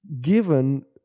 given